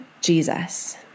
Jesus